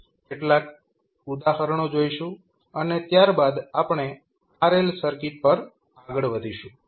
આપણે કેટલાક ઉદાહરણો જોઈશું અને ત્યારબાદ આપણે RL સર્કિટ પર આગળ વધીશું